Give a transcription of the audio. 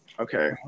Okay